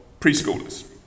preschoolers